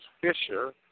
Fisher